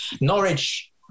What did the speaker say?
Norwich